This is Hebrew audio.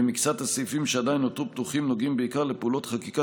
ומקצת הסעיפים שעדיין נותרו פתוחים נוגעים בעיקר לפעולות חקיקה,